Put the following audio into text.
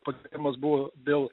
padidėjimas buvo dėl